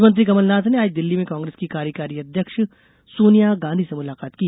मुख्यमंत्री कमलनाथ ने आज दिल्ली में कांग्रेस की कार्यकारी अध्यक्ष सोनिया गांधी से मुलाकात की